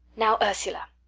now, ursula,